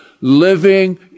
Living